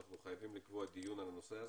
אנחנו חייבים לקבוע דיון על הנושא הזה.